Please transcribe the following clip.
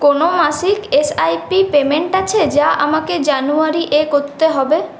কোনো মাসিক S I P payment আছে যা আমাকে জানুয়ারি এ করতে হবে